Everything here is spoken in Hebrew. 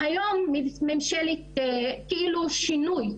היום ממשלת כאלו שינוי,